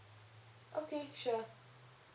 okay sure